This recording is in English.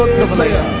aaa-aa